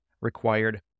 required